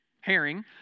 herring